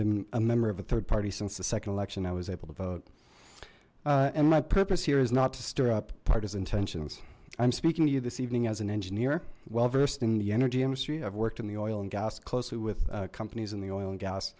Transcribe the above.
been a member of a third party since the second election i was able to vote and my purpose here is not to stir up partisan tensions i'm speaking to you this evening as an engineer well versed in the energy industry i've worked in the oil and gas closely with companies in the oil and gas